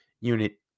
unit